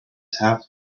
town